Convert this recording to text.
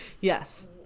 Yes